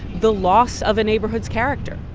the loss of a neighborhood's character?